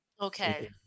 Okay